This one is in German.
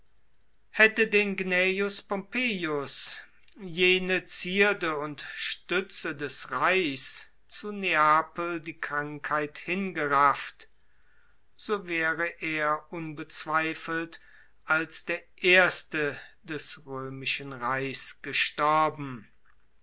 hätte den cnejus pompejus jene zierde und stütze des reichs zu neapel die krankheit hingerafft so wäre er unbezweifelt als der erste des römischen reichs gestorben